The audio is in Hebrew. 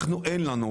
לנו אין.